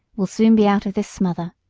we'll soon be out of this smother.